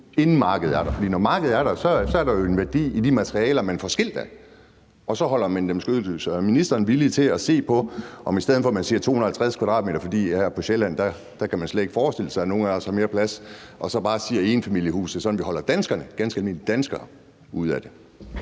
inden markedet er der, for når markedet er der, er der jo en værdi i de materialer, man får skilt ad. Så holder man dem skadesløse. Er ministeren villig til at se på, at man gør det, i stedet for at man siger 250 m², fordi man her på Sjælland slet ikke kan forestille sig, at nogle af os har mere plads, og derfor bare siger enfamilieshuse, altså så vi holder ganske almindelige danskere ude af det?